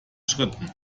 schritten